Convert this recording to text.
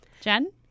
Jen